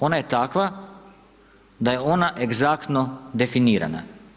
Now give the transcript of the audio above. Ona je takva da je ona egzaktno definirana.